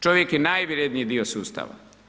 Čovjek je najvrijedniji dio sustava.